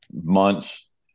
months